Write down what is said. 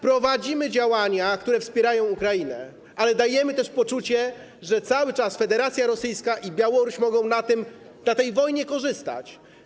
Prowadzimy działania, które wspierają Ukrainę, ale dajemy też poczucie, że cały czas Federacja Rosyjska i Białoruś mogą na tej wojnie korzystać.